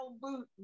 boot